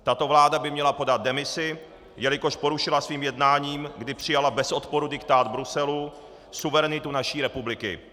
Tato vláda by měla podat demisi, jelikož porušila svým jednáním, kdy přijala bez odporu diktát Bruselu, suverenitu naší republiky.